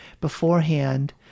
beforehand